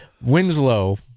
Winslow